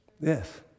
Yes